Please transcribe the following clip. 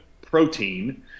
protein